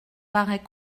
paraît